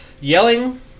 Yelling